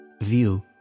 view